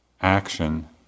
action